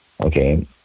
Okay